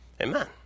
Amen